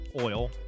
oil